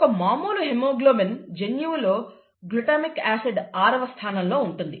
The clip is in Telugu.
ఒక మామూలు హిమోగ్లోబిన్ జన్యువులో గ్లుటామిక్ ఆసిడ్ ఆరవ స్థానంలో ఉంటుంది